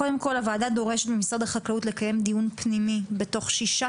קודם כל הוועדה דורשת ממשרד החקלאות לקיים דיון פנימי בתוך שישה